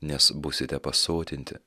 nes būsite pasotinti